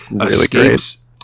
escapes